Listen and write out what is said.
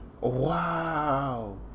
Wow